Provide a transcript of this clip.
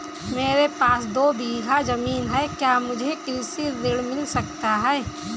मेरे पास दो बीघा ज़मीन है क्या मुझे कृषि ऋण मिल सकता है?